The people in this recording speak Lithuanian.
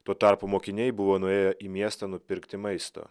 tuo tarpu mokiniai buvo nuėję į miestą nupirkti maisto